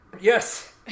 Yes